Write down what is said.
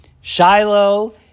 Shiloh